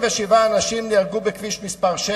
37 אנשים נהרגו בכביש 6,